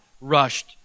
rushed